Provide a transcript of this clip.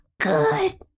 good